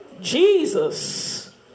Jesus